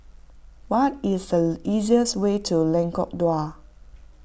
what is the easiest way to Lengkok Dua